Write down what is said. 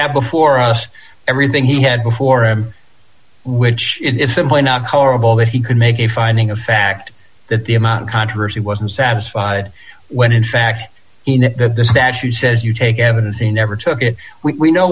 have before us everything he had before him which is simply not horrible that he could make a finding of fact that the amount of controversy wasn't satisfied when in fact in the statute says you take evidence he never took it we know